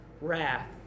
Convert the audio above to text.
wrath